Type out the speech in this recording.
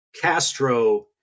Castro